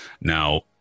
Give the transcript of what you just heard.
Now